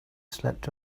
slept